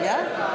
Ja?